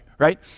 right